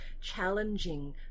challenging